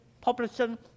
population